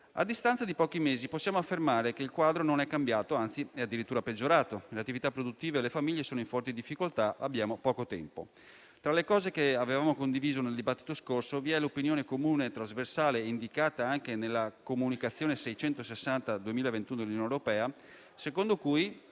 A distanza di pochi mesi, possiamo affermare che il quadro non è cambiato, anzi, è addirittura peggiorato: le attività produttive e le famiglie sono in forte difficoltà e abbiamo poco tempo. Tra le cose che avevamo condiviso nel dibattito scorso, vi è l'opinione comune e trasversale, indicata anche nella comunicazione 660/2021 della Commissione al